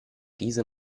diese